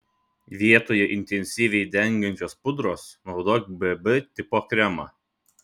vietoje intensyviai dengiančios pudros naudok bb tipo kremą